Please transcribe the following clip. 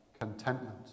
contentment